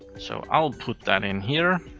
so i'll put that in here.